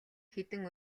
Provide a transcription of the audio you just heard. хэдэн